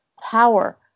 power